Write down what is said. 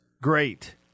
great